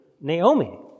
Naomi